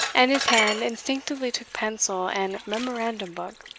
and his hand instinctively took pencil and memorandum-book.